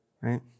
right